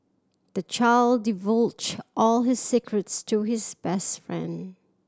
the child divulged all his secrets to his best friend